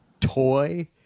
toy